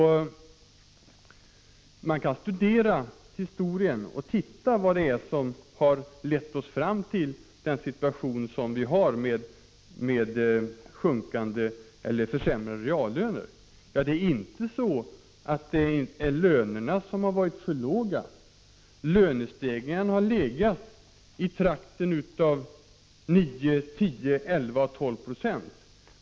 Man bör studera historien och se vad det är som har lett oss fram till den situation som vi har haft med sjunkande reallöner. Det är inte lönerna som har varit för låga. Lönestegringarna har legat i trakten av 9, 10, 11 och 12 96.